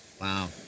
Wow